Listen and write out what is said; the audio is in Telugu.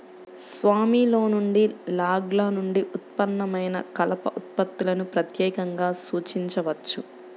స్వామిలోని లాగ్ల నుండి ఉత్పన్నమైన కలప ఉత్పత్తులను ప్రత్యేకంగా సూచించవచ్చు